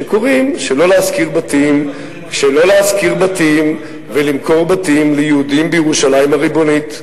שקוראים שלא להשכיר בתים ולמכור בתים ליהודים בירושלים הריבונית,